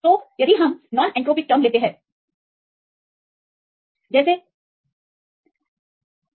इसलिए यदि आप ऐसा कर सकते हैं फिर गैर एन्ट्रोपिक शब्द भी हम कुछ स्तर पर रख सकते हैं